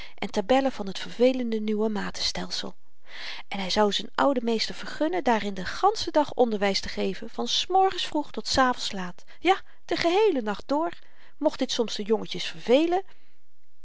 en tabellen van t vervelende nieuwematenstelsel en hy zou z'n ouden meester vergunnen daarin den ganschen dag onderwys te geven van s morgens vroeg tot s avends laat ja den geheelen nacht dr mocht dit soms de jongetjes vervelen